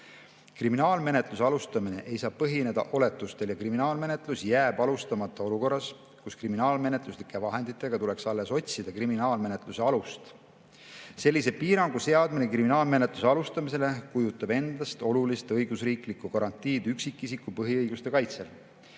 Kriminaalmenetluse alustamine ei saa põhineda oletustel ja kriminaalmenetlus jääb alustamata olukorras, kus kriminaalmenetluslike vahenditega tuleks alles otsida kriminaalmenetluse alust. Sellise piirangu seadmine kriminaalmenetluse alustamisele kujutab endast olulist õigusriiklikku garantiid üksikisiku põhiõiguste kaitsel,